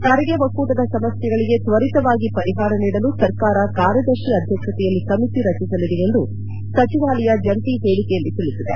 ಸಾರಿಗೆ ಒಕ್ಕೂಟದ ಸಮಸ್ಥೆಗಳಿಗೆ ತ್ವರಿತವಾಗಿ ಪರಿಪಾರ ನೀಡಲು ಸರ್ಕಾರ ಕಾರ್ತದರ್ಶಿ ಅಧ್ಯಕ್ಷತೆಯಲ್ಲಿ ಸಮಿತಿ ರಚಿಸಲಿದೆ ಎಂದು ಸಚಿವಾಲಯ ಜಂಟಿ ಹೇಳಿಕೆಯಲ್ಲಿ ತಿಳಿಸಿದೆ